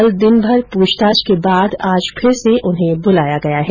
कल दिनभर पूछताछ के बाद आज फिर से उन्हें बुलाया गया है